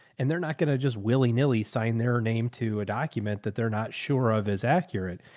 and they're not going to just willy nilly signed their name to a document that they're not sure of is accurate.